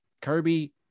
Kirby